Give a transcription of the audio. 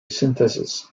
synthesis